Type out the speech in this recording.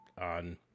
on